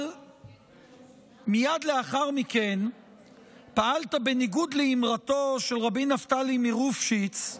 אבל מייד לאחר מכן פעלת בניגוד לאמרתו של רבי נפתלי מרופשיץ,